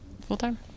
full-time